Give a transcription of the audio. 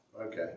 okay